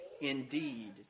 indeed